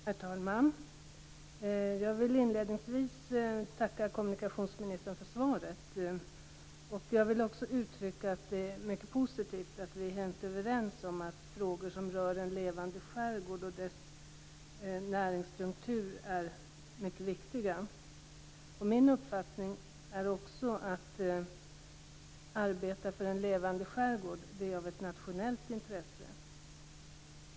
Herr talman! Jag vill inledningsvis tacka kommunikationsministern för svaret. Jag vill också uttala att det är mycket positivt att vi är helt överens om att frågor som rör en levande skärgård och dess näringsstruktur är mycket viktiga. Min uppfattning är också att arbete för en levande skärgård är ett nationellt intresse.